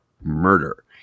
murder